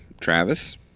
Travis